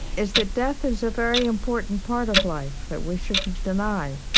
is that death is a very important part of life that we shouldn't deny,